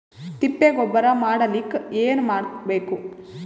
ತಿಪ್ಪೆ ಗೊಬ್ಬರ ಮಾಡಲಿಕ ಏನ್ ಮಾಡಬೇಕು?